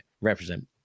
represent